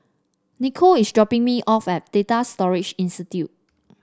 Nichole is dropping me off at Data Storage Institute